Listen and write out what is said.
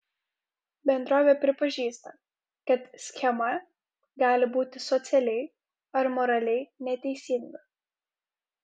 bendrovė pripažįsta kad schema gali būti socialiai ar moraliai neteisinga